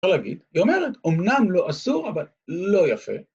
‫אפשר להגיד, היא אומרת, ‫אומנם לא אסור, אבל לא יפה.